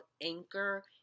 Anchor